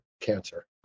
cancer